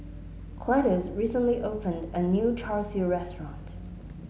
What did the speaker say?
Cletus recently opened a new Char Siu restaurant